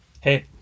Hey